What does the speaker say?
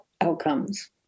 outcomes